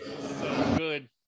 Good